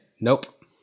Nope